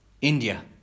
India